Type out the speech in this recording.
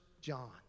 John